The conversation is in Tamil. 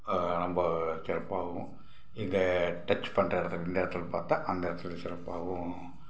நம்ம சிறப்பாகவும் இந்த டச் பண்ணுற இடத்துல இந்த இடத்துல பார்த்தா அந்த இடத்துல சிறப்பாகவும்